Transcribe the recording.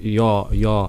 jo jo